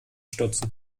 stürzen